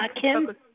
Kim